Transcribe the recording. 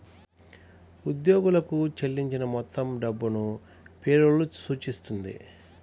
ఉద్యోగులకు చెల్లించిన మొత్తం డబ్బును పే రోల్ సూచిస్తుంది